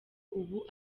ubu